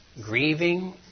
grieving